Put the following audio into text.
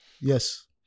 Yes